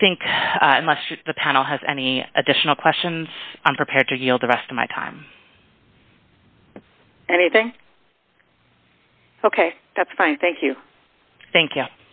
i think the panel has any additional questions i'm prepared to give the rest of my time anything ok that's fine thank you thank you